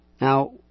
Now